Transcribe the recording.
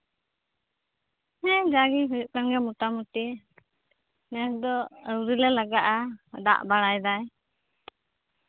ᱦᱮᱸ ᱡᱟ ᱜᱮ ᱦᱩᱭᱩᱜ ᱠᱟᱱ ᱜᱮᱭᱟ ᱢᱳᱴᱟᱢᱩᱴᱤ ᱱᱮᱥ ᱫᱚ ᱟᱹᱣᱨᱤ ᱞᱮ ᱞᱟᱜᱟᱜᱼᱟ ᱫᱟᱜ ᱵᱟᱲᱟᱭᱮᱫᱟᱭ